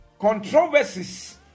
controversies